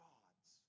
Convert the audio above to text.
God's